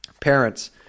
parents